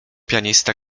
pianista